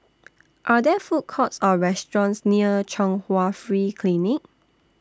Are There Food Courts Or restaurants near Chung Hwa Free Clinic